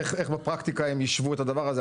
איך בפרקטיקה הם ישבו את הדבר הזה?